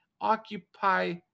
occupy